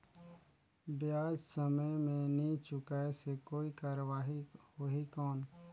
ब्याज समय मे नी चुकाय से कोई कार्रवाही होही कौन?